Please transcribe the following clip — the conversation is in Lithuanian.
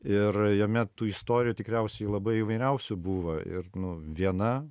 ir jame tų istorijų tikriausiai labai įvairiausių buvo ir nu viena